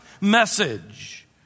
message